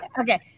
Okay